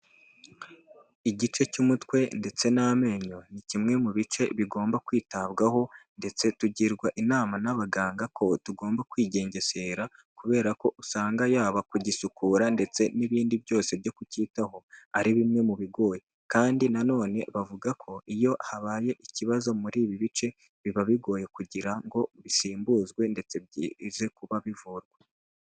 Igice cy'umutwe ndetse n'amenyo, ni kimwe mu bice bigomba kwitabwaho, ndetse tugirwa inama n'abaganga ko tugomba kwigengesera kubera ko usanga yaba kugisukura ndetse n'ibindi byose byo kucyitaho ari bimwe mu bigoye, kandi nanone bavuga ko iyo habaye ikibazo muri ibi bice biba bigoye kugira ngo bisimbuzwe ndetse bize kuba bivurwa.